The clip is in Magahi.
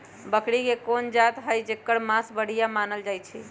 बकरी के कोन जात हई जेकर मास बढ़िया मानल जाई छई?